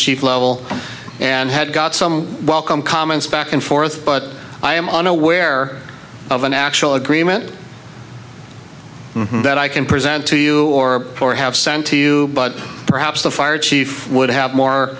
chief level and had got some welcome comments back and forth but i am unaware of an actual agreement that i can present to you or or have sent to you but perhaps the fire chief would have more